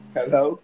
Hello